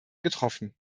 getroffen